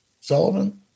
Sullivan